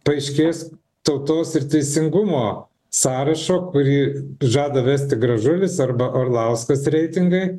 paaiškės tautos ir teisingumo sąrašo kurį žada vesti gražulis arba orlauskas reitingai